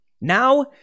Now